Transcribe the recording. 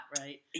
right